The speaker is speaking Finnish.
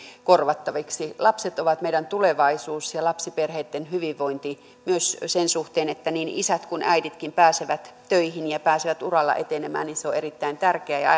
korvattaviksi lapset ovat meidän tulevaisuutemme ja lapsiperheitten hyvinvointi myös sen suhteen että niin isät kuin äiditkin pääsevät töihin ja pääsevät uralla etenemään on erittäin tärkeää ja